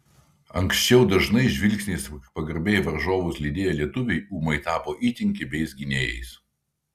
anksčiau dažnai žvilgsniais pagarbiai varžovus lydėję lietuviai ūmai tapo itin kibiais gynėjais